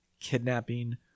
kidnapping